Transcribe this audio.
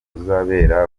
uzabera